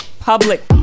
Public